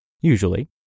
usually